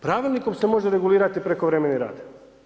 Pravilnikom se može regulirati prekovremeni rad.